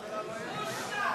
בושה.